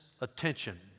attention